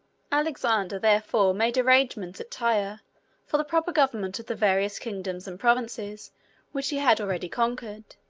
alexander therefore made arrangements at tyre for the proper government of the various kingdoms and provinces which he had already conquered,